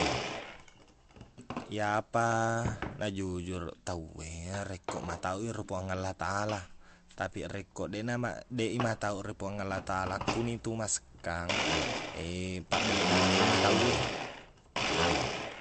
Iyapa najujur tauwe rekko mataui ri puang allah ta allah tapiq rekko deqna ma- deq i matauq ri puang allah ta allah kunitu masekkang pabbelle-bellenni tauwe